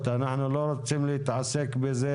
אנחנו לא רוצים להתעסק בזה,